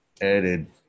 Added